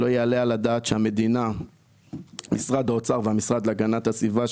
לא יעלה על הדעת שמשרד האוצר והמשרד להגנת הסביבה,